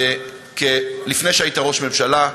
לפני שהיית ראש ממשלה,